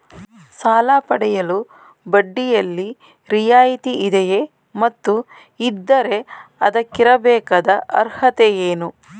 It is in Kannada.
ಸಾಲ ಪಡೆಯಲು ಬಡ್ಡಿಯಲ್ಲಿ ರಿಯಾಯಿತಿ ಇದೆಯೇ ಮತ್ತು ಇದ್ದರೆ ಅದಕ್ಕಿರಬೇಕಾದ ಅರ್ಹತೆ ಏನು?